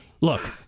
Look